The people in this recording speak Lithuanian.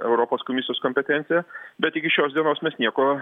europos komisijos kompetencija bet iki šios dienos mes nieko